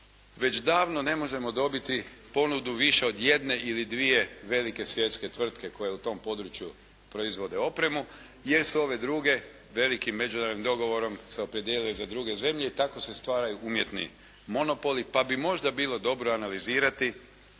već davno ne možemo dobiti ponudi više od jedne ili dvije velike svjetske tvrtke koje u tom području proizvode opremu jer su ove druge velikim međunarodnim dogovorom se opredijelile za druge zemlje i tako se stvaraju umjetni monopoli pa bi možda bilo dobro analizirati,